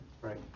right